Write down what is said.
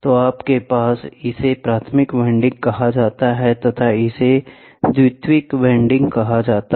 तो आप इसे प्राथमिक वाइंडिंग कह सकते हैं इसे और इसे द्वितीयक वाइंडिंग कहा जाता है